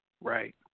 Right